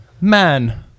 Man